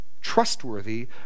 trustworthy